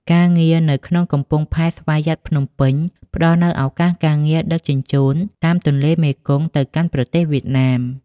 ការងារនៅក្នុងកំពង់ផែស្វយ័តភ្នំពេញ ផ្តល់នូវឱកាសការងារដឹកជញ្ជូនតាមទន្លេមេគង្គទៅកាន់ប្រទេសវៀតណាម។